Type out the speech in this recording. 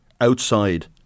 outside